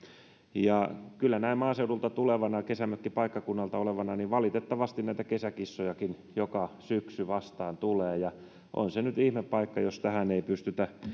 kyllä näin maaseudulta tulevana kesämökkipaikkakunnalta olevana valitettavasti näitä kesäkissojakin joka syksy vastaan tulee on se nyt ihme paikka jos tähän ei pystytä